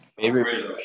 Favorite